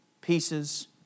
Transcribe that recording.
pieces